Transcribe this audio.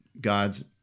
God's